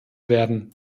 werden